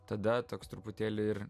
tada toks truputėlį ir